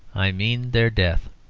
i mean their death.